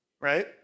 right